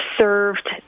served